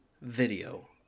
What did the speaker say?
video